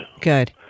Good